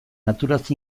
naturaz